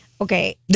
Okay